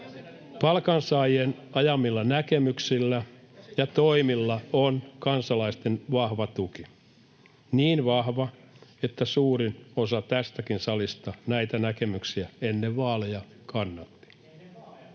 Palkansaajien ajamilla näkemyksillä ja toimilla on kansalaisten vahva tuki, niin vahva, että suurin osa tästäkin salista näitä näkemyksiä ennen vaaleja kannatti.